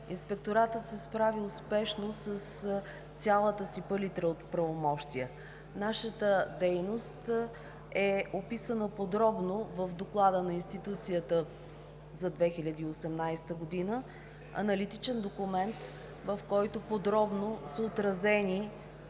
Инспекторатът се справи успешно с цялата си палитра от правомощия. Нашата дейност е описана подробно в Доклада на институцията за 2018 г. – аналитичен документ, в който подробно са отразени